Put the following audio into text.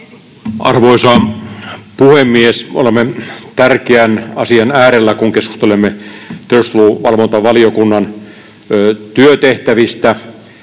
Arvoisa puhemies! Olemme tärkeän asian äärellä, kun keskustelemme tiedusteluvalvontavaliokunnan työtehtävistä